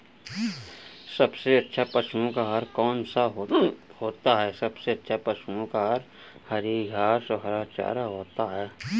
सबसे अच्छा पशुओं का आहार कौन सा होता है?